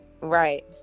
Right